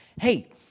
hey